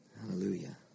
Hallelujah